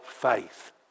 faith